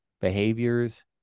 behaviors